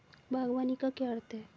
बागवानी का क्या अर्थ है?